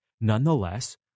Nonetheless